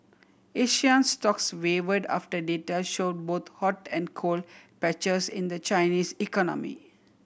Asian stocks wavered after data show both hot and cold patches in the Chinese economy